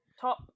top